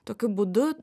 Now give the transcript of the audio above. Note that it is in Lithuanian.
tokiu būdu